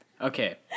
Okay